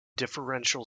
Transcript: differential